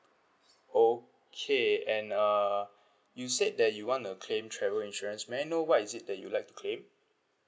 okay and err you said that you want to claim travel insurance may I know what is it that you'd like to claim